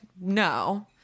no